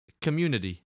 Community